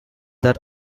that